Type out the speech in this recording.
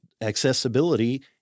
accessibility